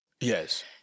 Yes